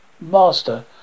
master